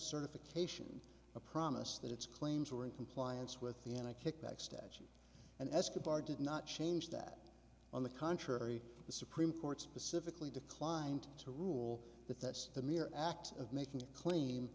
certification a promise that its claims were in compliance with the in a kickback statue and escobar did not change that on the contrary the supreme court specifically declined to rule that the mere act of making that cl